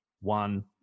one